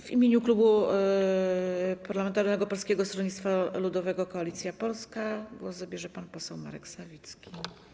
W imieniu Klubu Parlamentarnego Polskie Stronnictwo Ludowe - Koalicja Polska głos zabierze pan poseł Marek Sawicki.